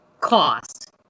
cost